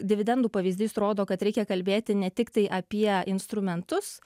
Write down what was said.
dividendų pavyzdys rodo kad reikia kalbėti ne tiktai apie instrumentus